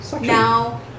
now